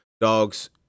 dogs